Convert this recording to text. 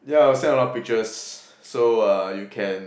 yeah I'll send a lot pictures so uh you can